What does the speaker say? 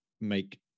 make